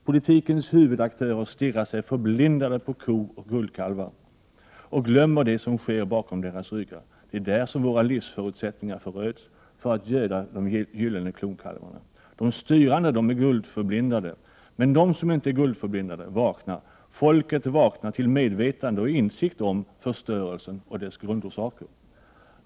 Politikens huvudaktörer stirrar sig förblindade på ko och guldkalvar och glömmer det som sker bakom deras ryggar. Det är där som våra livsförutsättningar föröds för att göda de gyllene klonkalvarna. De styrande är guldförblindade, men de som inte är guldförblindade vaknar — folket vaknar till medvetande och insikt om förstörelsen och dess grundorsaker.